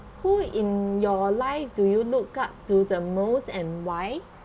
who in your life do you look up to the most and why